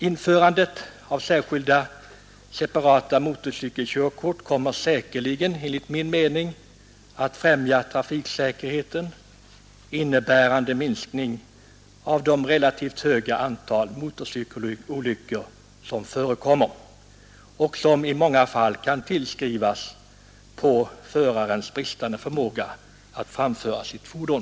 Införandet av separata motorcykelkörkort kommer säkerligen att främja trafiksäkerheten och innebära en minskning av det relativt stora antal motorcykelolyckor som förekommer och som i många fall kan tillskrivas förarens bristande förmåga att framföra sitt fordon.